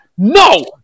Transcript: No